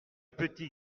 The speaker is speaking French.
petit